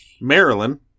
Maryland